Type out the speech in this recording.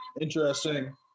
Interesting